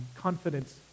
confidence